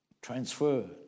transferred